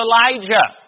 Elijah